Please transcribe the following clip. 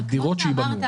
שאמרת